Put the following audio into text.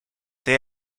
they